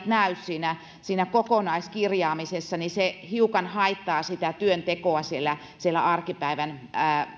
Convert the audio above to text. näy siinä siinä kokonaiskirjaamisessa niin se hiukan haittaa sitä työntekoa siellä siellä arkipäivän